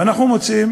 ואנחנו מוצאים